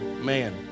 Man